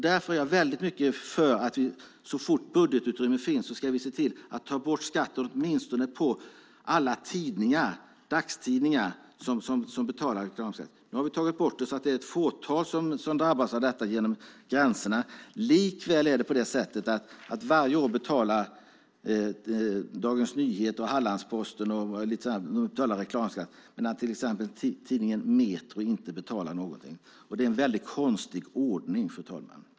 Därför är jag väldigt mycket för att vi så fort budgetutrymme finns ser till att ta bort skatten, åtminstone på alla dagstidningar som betalar reklamskatt. Det har tagits bort för många, men ett fåtal drabbas fortfarande genom gränserna. Varje år betalar bland annat Dagens Nyheter och Hallandsposten reklamskatt medan till exempel Metro inte betalar något. Det är en konstig ordning, fru talman.